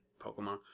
Pokemon